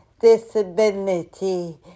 disability